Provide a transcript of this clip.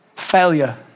failure